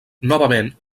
novament